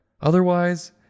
Otherwise